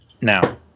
Now